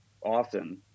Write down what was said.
often